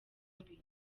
mbi